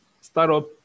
startup